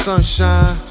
sunshine